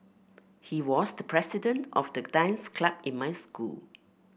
he was the president of the dance club in my school